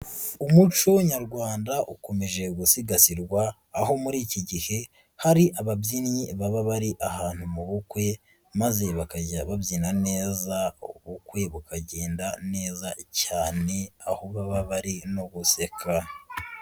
Umuco nyarwanda ukomeje gusigasirwa aho muri iki gihe hari ababyinnyi baba bari ahantu mu bukwe maze bakajya babyina neza, ubukwe bukagenda neza cyane aho baba bari no guseka.